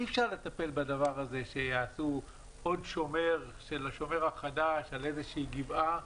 אי אפשר לטפל בדבר הזה שישימו עוד שומר של השומר החדש על איזושהי גבעה,